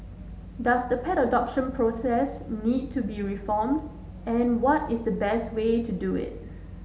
does the pet adoption process need to be reformed and what is the best way to do it